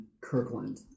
Kirkland